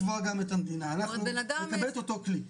כשאני מדבר על להנגיש את בית המשפט בתל אביב,